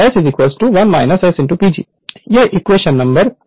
तो 1 S PG यह equation 21 है